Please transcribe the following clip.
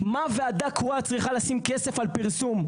מה וועדה קרואה צריכה לשים כסף על פרסום?